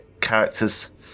characters